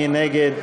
מי נגד?